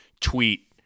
tweet